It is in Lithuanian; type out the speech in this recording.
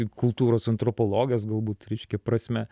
kultūros antropologas galbūt reiškia prasme